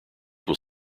will